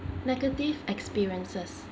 negative experiences